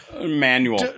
manual